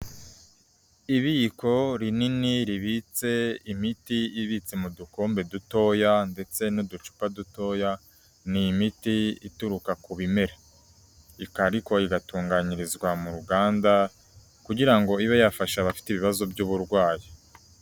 Ibiko rinini ribitse imiti ibitse mu dukombe dutoya ndetse n'uducupa dutoya ni imiti ituruka ku bimera, ikariko igatunganyirizwa mu ruganda kugira ngo ibe yafasha abafite ibibazo by'uburwayi.